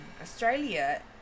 Australia